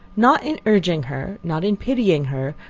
not in urging her, not in pitying her,